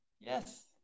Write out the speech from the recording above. yes